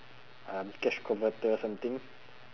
um cash converter or something